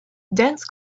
dense